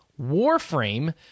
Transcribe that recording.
warframe